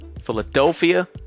Philadelphia